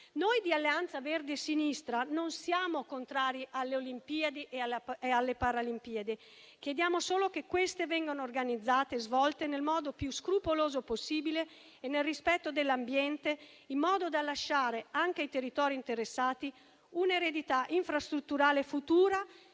Noi di Alleanza Verdi e Sinistra non siamo contrari alle Olimpiadi e alle Paralimpiadi, chiediamo solo che queste vengano organizzate e svolte nel modo più scrupoloso possibile e nel rispetto dell'ambiente, in modo da lasciare anche ai territori interessati un'eredità infrastrutturale futura